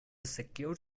secure